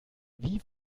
wie